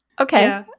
Okay